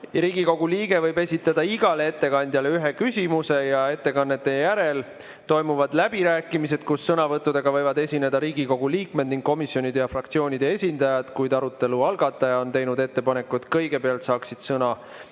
Riigikogu liige võib esitada igale ettekandjale ühe küsimuse ja ettekannete järel toimuvad läbirääkimised, kus sõnavõtuga võivad esineda Riigikogu liikmed ning komisjonide ja fraktsioonide esindajad, kuid arutelu algataja on teinud ettepaneku, et kõigepealt saaksid sõna